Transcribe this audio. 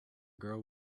girl